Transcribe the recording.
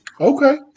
Okay